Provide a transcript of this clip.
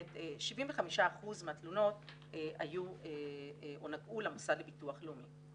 75% מהתלונות היו או נגעו למוסד לביטוח לאומי.